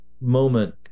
moment